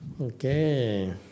Okay